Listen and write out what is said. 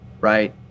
right